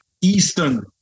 Eastern